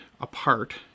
apart